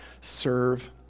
Serve